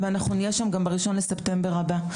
ואנחנו נהיה שם גם ב-01 בספטמבר הבא.